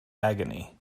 agony